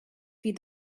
feed